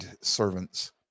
servants